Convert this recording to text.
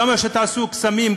כמה שתעשו קסמים,